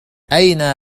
أين